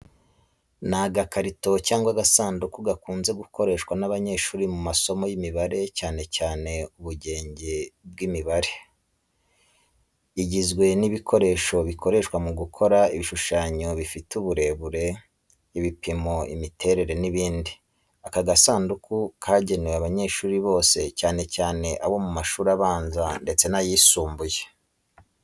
Ni agakarito cyangwa agasanduku gakunze gukoreshwa n’abanyeshuri mu masomo y’imibare cyane cyane ubugenge bw’imibare. Igizwe n’ibikoresho bikoreshwa mu gukora ibishushanyo bifite uburebure, ibipimo, imiterere n’ibindi. Aka gasanduku kagenewe abanyeshuri bose cyane cyane abo mu mashuri abanza ndetse n'ayisumbuye.